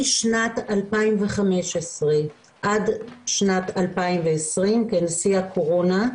משנת 2015 עד שנת 2020, שיא הקורונה,